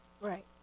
Right